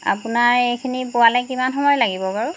আপোনাৰ এইখিনি পোৱালৈ কিমান সময় লাগিব বাৰু